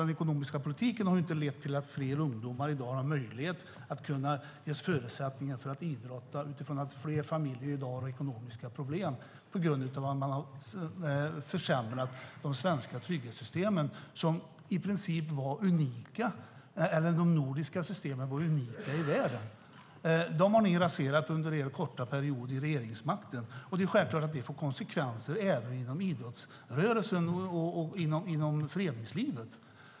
Den ekonomiska politiken har inte lett till att fler ungdomar i dag har möjlighet att idrotta, då fler familjer i dag har ekonomiska problem på grund av att man har försämrat de svenska trygghetssystemen. De nordiska trygghetssystemen var unika i världen. Dem har ni raserat under er korta period vid regeringsmakten. Det är självklart att det får konsekvenser även inom idrottsrörelsen och inom föreningslivet.